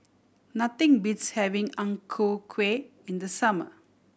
nothing beats having Ang Ku Kueh in the summer